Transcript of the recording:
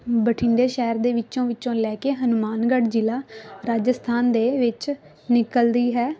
ਬਠਿੰਡੇ ਸ਼ਹਿਰ ਦੇ ਵਿੱਚੋਂ ਵਿੱਚੋਂ ਲੈ ਕੇ ਹਨੂੰਮਾਨਗੜ੍ਹ ਜ਼ਿਲ੍ਹਾ ਰਾਜਸਥਾਨ ਦੇ ਵਿੱਚ ਨਿਕਲਦੀ ਹੈ